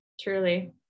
truly